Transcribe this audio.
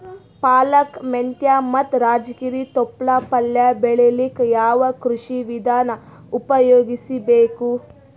ಪಾಲಕ, ಮೆಂತ್ಯ ಮತ್ತ ರಾಜಗಿರಿ ತೊಪ್ಲ ಪಲ್ಯ ಬೆಳಿಲಿಕ ಯಾವ ಕೃಷಿ ವಿಧಾನ ಉಪಯೋಗಿಸಿ ಬೇಕು?